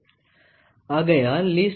ஆகையால் least count என்பது 1 MSDn